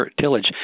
tillage